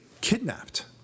kidnapped